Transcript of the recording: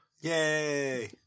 Yay